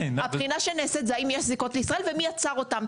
הבחינה שנעשית היא האם יש זיקות לישראל ומי יצר אתן.